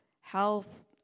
Health